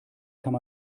kann